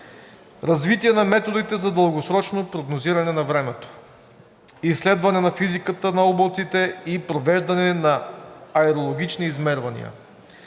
развитие на методите за дългосрочно прогнозиране на времето; изследване на физиката на облаците и провеждане на аерологични измервания;